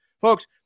Folks